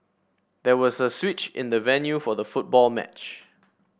there was a switch in the venue for the football match